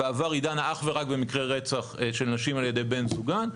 בעבר היא דנה אך ורק במקרי רצח של נשים עי ידי בן זוגן,